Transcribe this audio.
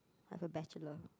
I have a Bachelor